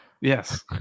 yes